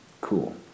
Cool